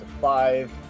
five